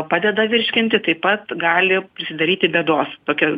padeda virškinti taip pat gali prisidaryti bėdos tokio